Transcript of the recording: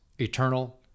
eternal